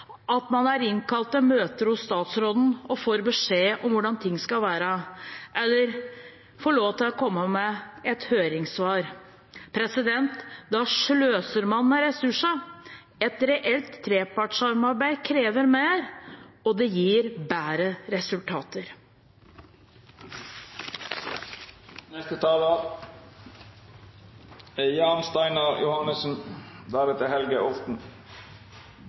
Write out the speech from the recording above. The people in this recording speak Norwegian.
at man er innkalt til møter hos statsråden og får beskjed om hvordan ting skal være, eller man får lov til å komme med et høringssvar. Da sløser man med ressursene. Et reelt trepartssamarbeid krever mer, og det gir bedre resultater.